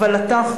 אבל אנחנו,